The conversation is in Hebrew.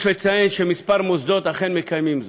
יש לציין שכמה מוסדות אכן מקיימים זאת,